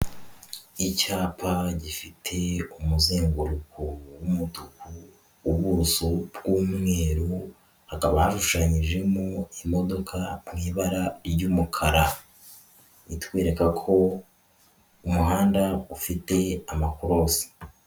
Icyapa gifite umuzenguruko w'umutuku, ubuso bw'umweru, hakaba hashushanyijemo imodoka mu ibara ry'umukara. Itwereka ko umuhanda ufite amakorosi.